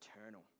eternal